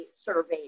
survey